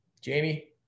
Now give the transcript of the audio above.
Jamie